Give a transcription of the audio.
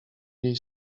jej